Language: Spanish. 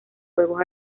fuegos